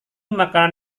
makanan